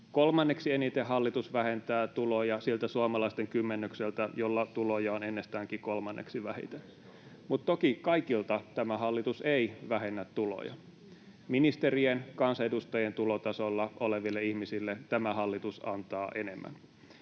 Kolmanneksi eniten hallitus vähentää tuloja siltä suomalaisten kymmenykseltä, jolla tuloja on ennestäänkin kolmanneksi vähiten. Mutta toki kaikilta tämä hallitus ei vähennä tuloja. Ministerien, kansanedustajien tulotasolla oleville ihmisille tämä hallitus antaa enemmän.